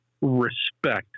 respect